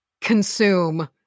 consume